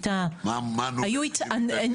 מה ענו